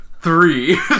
three